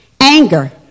Anger